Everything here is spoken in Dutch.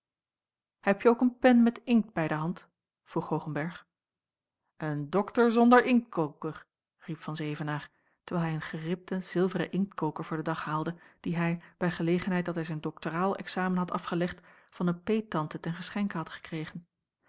schipperen hebje ook een pen met inkt bij de hand vroeg hoogenberg een dokter zonder inktkoker riep van zevenaer terwijl hij een geribden zilveren inktkoker voor den dag haalde dien hij bij gelegenheid dat hij zijn doktoraal examen had afgelegd van een peettante ten geschenke had gekregen